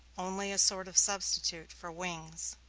only a sort of substitute for wings.